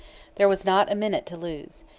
there was not a minute to lose.